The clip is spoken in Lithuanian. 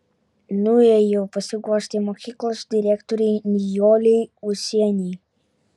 nuėjau pasiguosti mokyklos direktorei nijolei ūsienei